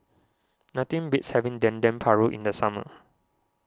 nothing beats having Dendeng Paru in the summer